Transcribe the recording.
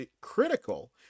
critical